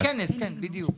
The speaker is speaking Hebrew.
בכנס כן בדיוק.